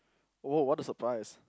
oh what a surprise